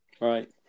right